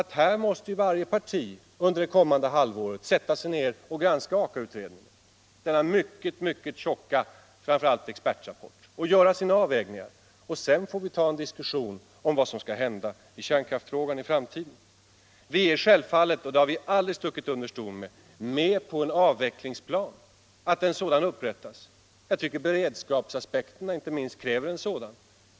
Här måste varje parti under det kommande halvåret sätta sig ner och granska Aka-utredningen —- denna mycket tjocka expertrapport — och göra sina avvägningar. Sedan får vi ta en diskussion om vad som skall hända i kärnkraftsfrågan i framtiden. Vi är självfallet — och det har vi aldrig stuckit under stol med — med på att en avvecklingsplan upprättas. Inte minst beredskapsaspekterna kräver en sådan.